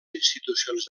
institucions